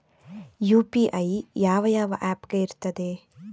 UPI ಯಾವ ಯಾವ app ಗೆ ಇರ್ತದೆ?